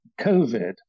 COVID